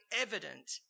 evident